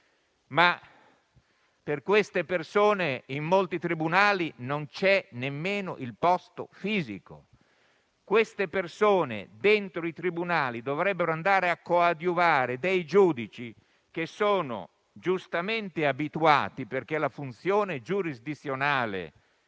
Per queste persone in molti tribunali non c'è nemmeno il posto fisico. Queste persone dentro i tribunali dovrebbero andare a coadiuvare dei giudici, che sono giustamente abituati, perché la funzione giurisdizionale